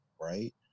Right